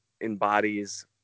embodies